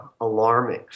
alarming